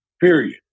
period